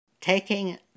taking